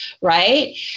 right